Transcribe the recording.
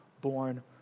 born